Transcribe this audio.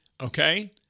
Okay